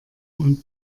und